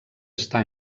està